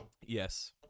yes